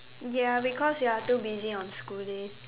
ya because you are too busy on school days